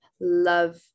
love